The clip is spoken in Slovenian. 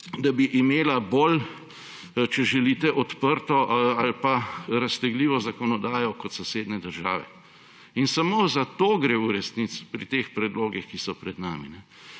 da bi imela bolj, če želite, odprto ali pa raztegljivo zakonodajo kot sosednje države. Samo za to gre v resnici pri teh predlogih, ki so pred nami,